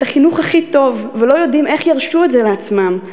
החינוך הכי טוב ולא יודעים איך ירשו את זה לעצמם,